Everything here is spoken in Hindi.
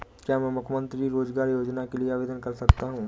क्या मैं मुख्यमंत्री रोज़गार योजना के लिए आवेदन कर सकता हूँ?